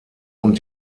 und